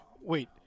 Wait